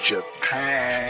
Japan